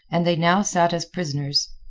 and they now sat as prisoners.